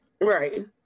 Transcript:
Right